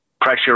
Pressure